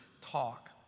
talk